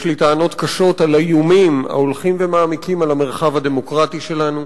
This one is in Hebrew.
יש לי טענות קשות על האיומים ההולכים ומעמיקים על המרחב הדמוקרטי שלנו,